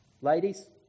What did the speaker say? Ladies